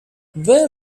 where